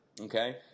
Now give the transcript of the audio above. Okay